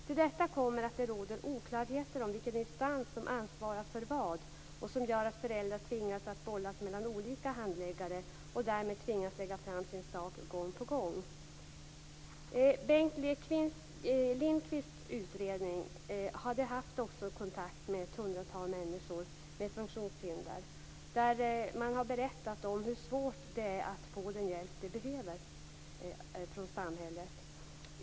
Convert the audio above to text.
Till detta kommer att det råder oklarheter om vilken instans som ansvarar för vad och som gör att föräldrar tvingas att bollas mellan olika handläggare och därmed tvingas lägga fram sin sak gång på gång. Bengt Lindqvists utredning hade haft kontakt med ett hundratal människor med funktionshinder. De har berättat om hur svårt det är för dem att få den hjälp de behöver från samhället.